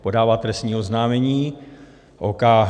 Podává trestní oznámení, OK.